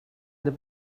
that